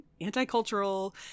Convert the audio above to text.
anti-cultural